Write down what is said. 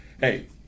hey